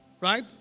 right